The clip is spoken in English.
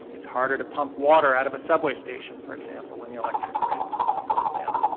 it's harder to pump water out of subway station, for example, when the electric grid goes down.